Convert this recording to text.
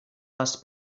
les